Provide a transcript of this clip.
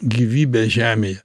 gyvybė žemėje